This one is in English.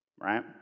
right